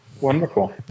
Wonderful